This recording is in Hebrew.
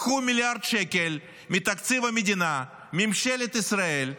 לקחו מיליארד שקל מתקציב המדינה, ממשלת ישראל,